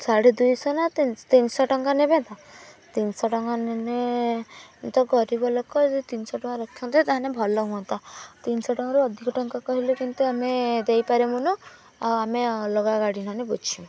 ସାଢ଼େ ଦୁଇଶହ ନା ତିନିଶହ ଟଙ୍କା ନେବେ ତ ତିନିଶହ ଟଙ୍କା ନେଲେ ତ ଗରିବ ଲୋକ ଯଦି ତିନିଶହ ଟଙ୍କା ରଖନ୍ତେ ତା'ହେଲେ ଭଲ ହୁଅନ୍ତା ତିନିଶହ ଟଙ୍କାରୁ ଅଧିକ ଟଙ୍କା କହିଲେ କିନ୍ତୁ ଆମେ ଦେଇପାରିବୁନୁ ଆଉ ଆମେ ଅଲଗା ଗାଡ଼ି ନହେଲେ ବୁଝିବୁ